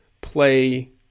play